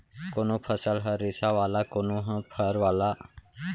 कोनो फसल ह रेसा वाला, कोनो ह फर वाला